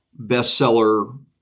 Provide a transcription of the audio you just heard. bestseller